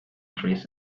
trees